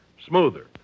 smoother